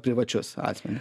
privačius asmenis